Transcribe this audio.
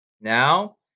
Now